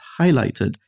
highlighted